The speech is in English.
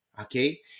okay